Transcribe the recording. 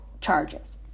charges